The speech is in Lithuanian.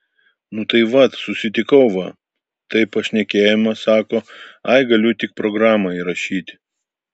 nu tai vat susitikau va taip pašnekėjome sako ai galiu tik programą įrašyti